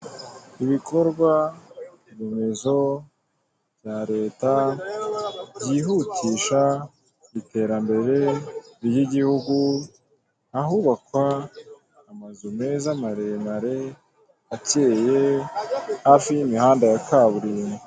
Ibikorwaremezo, bya leta byihutisha iterambere ry'igihugu hubakwa amazu meza maremare akeye, hafi y'imihanda ya kaburimbo.